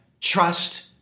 Trust